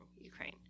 ukraine